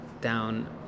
down